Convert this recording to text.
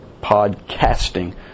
podcasting